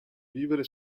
vivere